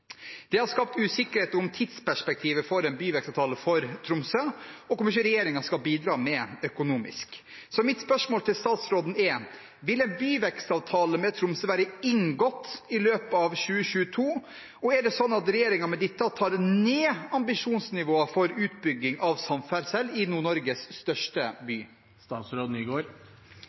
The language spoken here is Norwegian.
Det skaper usikkerhet om tidsperspektivet for en byvekstavtale for Tromsø, og hvor mye regjeringen skal bidra med. Vil en byvekstavtale med Tromsø være inngått i løpet av 2022, og er det slik at regjeringen med dette tar ned ambisjonsnivået for utbygging av samferdsel i Nord-Norges største by?»